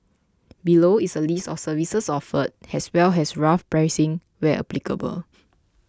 below is a list of services offered as well as rough pricing where applicable